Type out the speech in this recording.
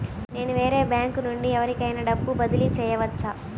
నేను వేరే బ్యాంకు నుండి ఎవరికైనా డబ్బు బదిలీ చేయవచ్చా?